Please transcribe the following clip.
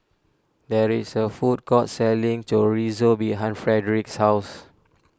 there is a food court selling Chorizo behind Frederic's house